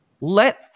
Let